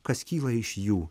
kas kyla iš jų